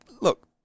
Look